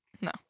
No